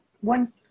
One